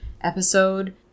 episode